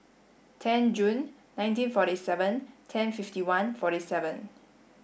ten June nineteen forty seven ten fifty one forty seven